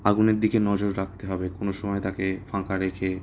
আগুনের দিকে নজর রাখতে হবে কোনো সময় তাকে ফাঁকা রেখে